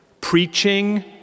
preaching